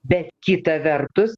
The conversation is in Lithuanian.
bet kita vertus